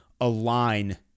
align